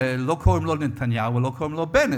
זה לא קוראים לו נתניהו ולא קוראים לו בנט.